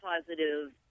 positive